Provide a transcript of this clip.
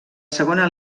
segona